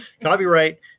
Copyright